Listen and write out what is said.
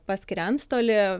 paskiria antstolį